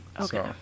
Okay